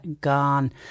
gone